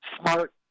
smart